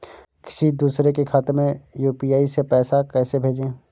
किसी दूसरे के खाते में यू.पी.आई से पैसा कैसे भेजें?